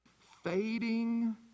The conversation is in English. fading